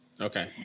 Okay